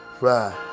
ride